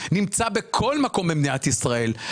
נמצא כל מקום במדינת ישראל,